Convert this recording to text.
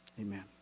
Amen